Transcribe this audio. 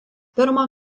pirmą